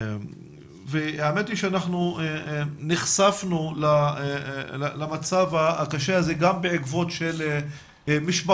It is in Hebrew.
האמת היא שאנחנו נחשפנו למצב הקשה הזה גם בעקבות משפחות